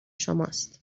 شماست